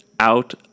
Out